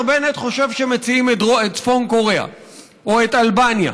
בנט חושב שמציעים את צפון קוריאה או את אלבניה.